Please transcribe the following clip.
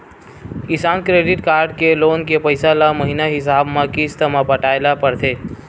किसान credit card के loan के पइसा ल महिना हिसाब म किस्त म पटाए ल परथे